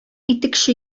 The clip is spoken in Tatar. итекче